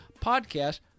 podcast